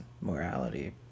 Morality